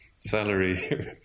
salary